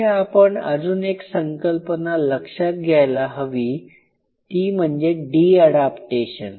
इथे आपण अजून एक संकल्पना लक्षात घ्यायला हवी ती म्हणजे डी अडाप्टेशन